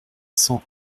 cent